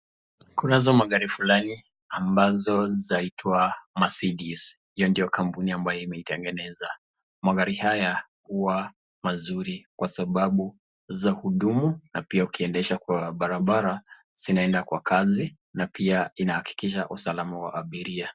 Kunazo magari fulani ambazo zaitwa Mercedes. Hio ndio kampuni ambaye imeitengeneza. Magari haya huwa mazuri kwa sababu za kudumu na pia ukiendesha kwa barabara zinaenda kwa kasi na pia inaakikisha usalama wa abiria.